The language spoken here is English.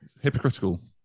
hypocritical